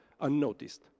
unnoticed